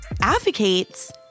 Advocates